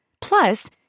Plus